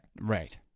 Right